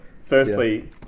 Firstly